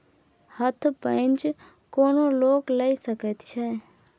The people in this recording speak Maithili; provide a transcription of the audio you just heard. हथ पैंच कोनो लोक लए सकैत छै